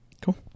Cool